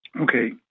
Okay